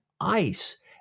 ice